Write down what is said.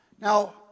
Now